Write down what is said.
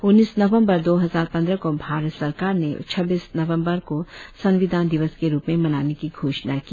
उन्नीस नवंबर दो हजार पंद्रह को भारत सरकार ने छब्बीस नवंबर को संविधान दिवस के रुप में मनाने की घोषणा की